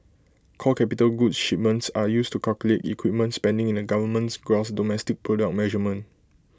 core capital goods shipments are used to calculate equipment spending in the government's gross domestic product measurement